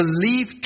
believe